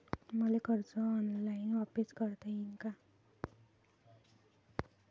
मले कर्ज ऑनलाईन वापिस करता येईन का?